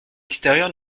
extérieur